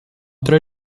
tre